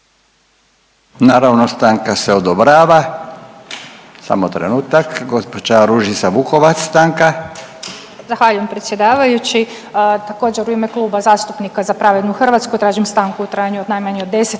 Naravno, stanka se odobrava. Samo trenutak. Gđa. Ružica Vukovac, stanka. **Vukovac, Ružica (Nezavisni)** Zahvaljujem predsjedavajući. Također, u ime Kluba zastupnika Za pravednu Hrvatsku tražim stanku u trajanju od najmanje od 10